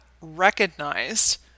recognized